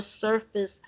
surface